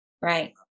Right